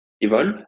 evolve